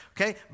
okay